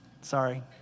Sorry